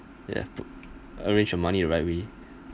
you have to arrange your money the right way